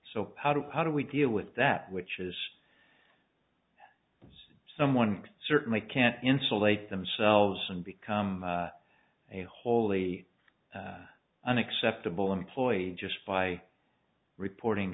so how do how do we deal with that which is someone certainly can't insulate themselves and become a wholly unacceptable employee just by reporting